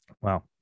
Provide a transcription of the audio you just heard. Wow